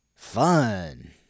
fun